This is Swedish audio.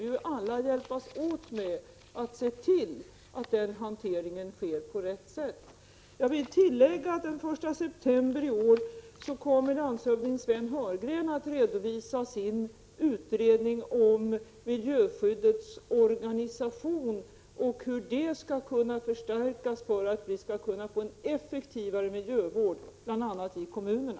Vi måste alla hjälpas åt för att se till att hanteringen sker på rätt sätt. Jag vill tillägga att landshövding Sven Heurgren den 1 september i år kommer att redovisa sin utredning om miljöskyddets organisation och om hur miljöskyddet skall kunna förstärkas för att det skall bli en effektivare miljövård, bl.a. i kommunerna.